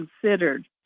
considered